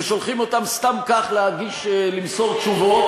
ושולחים אותם סתם כך למסור תשובות,